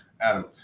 Adam